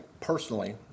personally